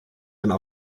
einem